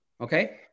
okay